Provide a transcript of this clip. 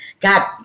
God